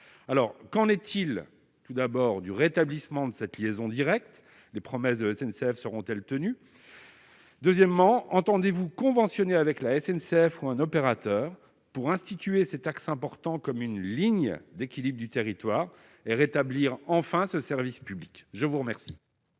alors qu'en est-il tout d'abord du rétablissement de cette liaison directe, les promesses de la SNCF seront-elles tenues. Deuxièmement, entendez-vous conventionnées avec la SNCF ou un opérateur pour instituer cet axe important comme une ligne d'équilibre du territoire et rétablir enfin ce service public, je vous remercie.